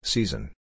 Season